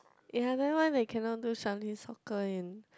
ya that one they cannot do Shaolin soccer in